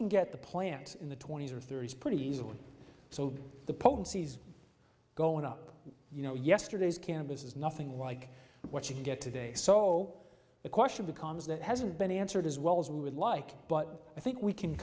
can get the plant in the twenty's or thirty's pretty easily so the potencies going up you know yesterday's campus is nothing like what you get today so the question becomes that hasn't been answered as well as we would like but i think we can